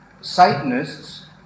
Satanists